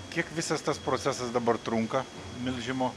kiek visas tas procesas dabar trunka melžimo